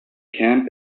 camp